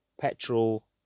petrol